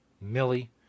Millie